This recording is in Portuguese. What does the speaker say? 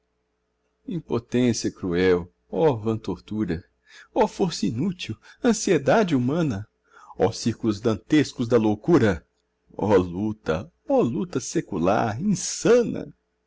impotência cruel ó vã tortura ó força inútil ansiedade humana ó círculos dantescos da loucura ó luta ó luta secular insana